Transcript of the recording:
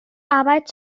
arbeit